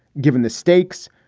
given the stakes,